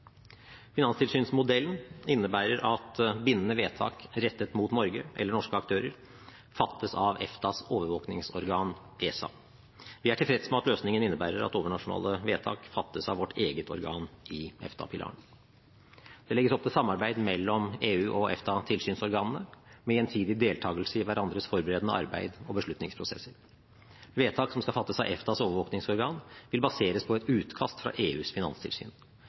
Finanstilsynsmodellen innebærer at bindende vedtak rettet mot Norge eller norske aktører fattes av EFTAs overvåkningsorgan ESA. Vi er tilfreds med at løsningen innebærer at overnasjonale vedtak fattes av vårt eget organ i EFTA-pilaren. Det legges opp til samarbeid mellom EU og EFTA-tilsynsorganene, med gjensidig deltakelse i hverandres forberedende arbeid og beslutningsprosesser. Vedtak som skal fattes av EFTAs overvåkingsorgan, vil baseres på et utkast fra EUs finanstilsyn.